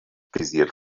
kritisiert